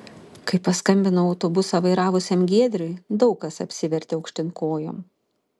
kai paskambinau autobusą vairavusiam giedriui daug kas apsivertė aukštyn kojom